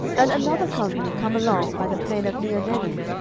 and another company come along by the plain of meonenim.